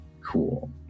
Cool